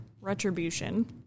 Retribution